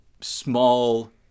small